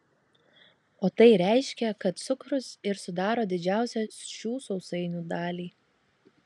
o tai reiškia kad cukrus ir sudaro didžiausią šių sausainių dalį